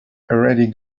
already